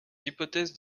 hypothèses